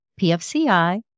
PFCI